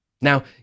Now